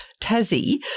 Tassie